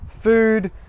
food